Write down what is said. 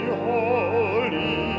holy